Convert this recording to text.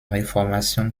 reformation